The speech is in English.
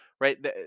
Right